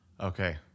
okay